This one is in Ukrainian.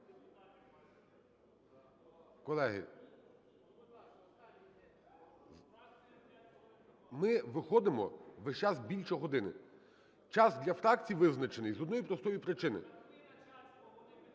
Колеги, ми виходимо весь час більше години. Час для фракцій визначений з одної простої причини…